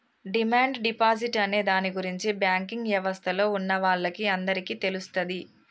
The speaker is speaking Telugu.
డిమాండ్ డిపాజిట్ అనే దాని గురించి బ్యాంకింగ్ యవస్థలో ఉన్నవాళ్ళకి అందరికీ తెలుస్తది